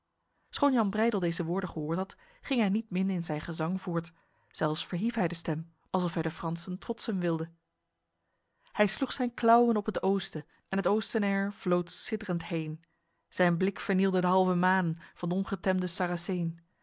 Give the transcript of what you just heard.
jan breydel deze woorden gehoord had ging hij niet min in zijn gezang voort zelfs verhief hij de stem alsof hij de fransen trotsen wilde hij sloeg zijn klauwen op het oosten en t oostenheir vlood siddrend heen zijn blik vernielde d'halve manen van d'ongetemde